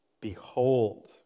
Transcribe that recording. Behold